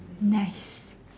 nice